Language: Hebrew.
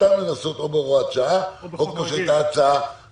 אותם לנסות או בהוראת שעה או כמו שהייתה הצעה,